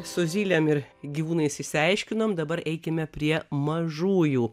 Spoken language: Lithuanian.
su zylėm ir gyvūnais išsiaiškinome dabar eikime prie mažųjų